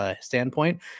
standpoint